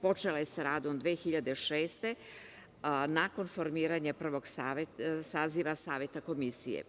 Počela je sa radom 2006. godine nakon formiranja saziva Saveta komisije.